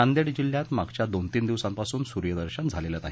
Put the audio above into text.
नांदेड जिल्ह्यात मागच्या दोन तीन दिवसांपासुन सुर्यदर्शन झालेलं नाही